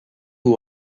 who